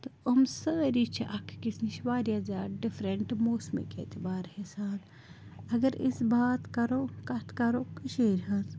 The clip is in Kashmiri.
تہٕ یِم سٲری چھِ اَکھ أکِس نِش واریاہ زیادٕ ڈِفرَنٛٹ موسمٕکۍ اعتبار حِسان اَگر أسۍ بات کَرو کَتھ کَرو کٔشیٖرِ ہٕنٛز